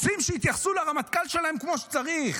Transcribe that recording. רוצים שיתייחסו לרמטכ"ל שלהם כמו שצריך,